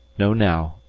know now,